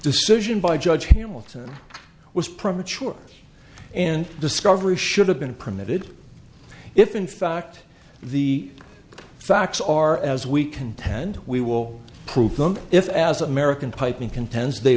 decision by judge hamilton was premature and discovery should have been permitted if in fact the facts are as we contend we will prove them if as american piping contends they